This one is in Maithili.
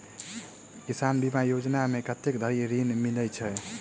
किसान बीमा योजना मे कत्ते धरि ऋण मिलय छै?